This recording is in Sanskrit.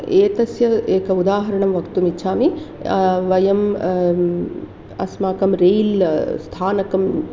एतस्य एकम् उदाहरणं वक्तुमिच्छामि वयं अस्माकं रेलस्थानकम्